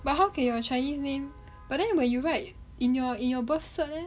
but how can your chinese name but then you write in your in your birth cert eh